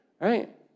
right